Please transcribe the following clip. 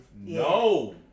No